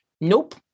Nope